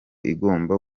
igomba